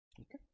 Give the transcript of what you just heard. Okay